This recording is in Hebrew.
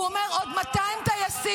הוא אומר שעוד 200 טייסים,